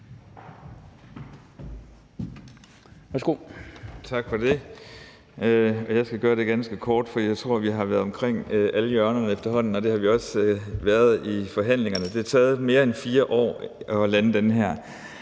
Tak for det. Jeg skal gøre det ganske kort, for jeg tror, at vi har været omkring alle hjørnerne efterhånden, og det har vi også været i forhandlingerne. Det har taget mere end 4 år at lande det her,